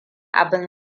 abun